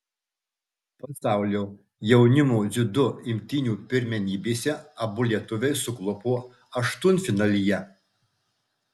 pasaulio jaunimo dziudo imtynių pirmenybėse abu lietuviai suklupo aštuntfinalyje